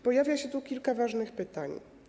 Pojawia się kilka ważnych pytań.